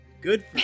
Good